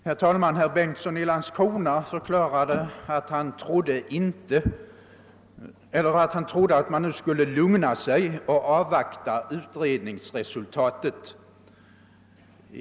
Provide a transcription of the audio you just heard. Herr talman! Herr Bengtsson i Landskrona ansåg att man borde lugna sig och avvakta utredningsresultatet.